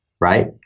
right